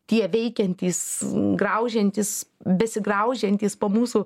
tie veikiantys graužiantys besigraužiantys po mūsų